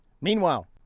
Meanwhile